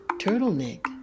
Turtleneck